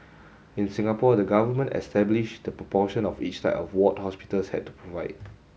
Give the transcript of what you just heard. in Singapore the government established the proportion of each type of ward hospitals had to provide